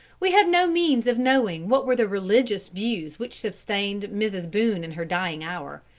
we have no means of knowing what were the religious views which sustained mrs. boone in her dying hour.